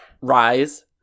Rise